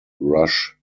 rush